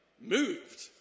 moved